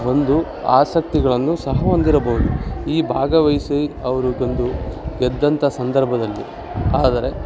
ಒಂದು ಆಸಕ್ತಿಗಳನ್ನು ಸಹ ಹೊಂದಿರಬಉದು ಈ ಭಾಗವಹಿಸಿ ಅವ್ರಿಗೊಂದು ಗೆದ್ದಂಥ ಸಂದರ್ಭದಲ್ಲಿ ಆದರೆ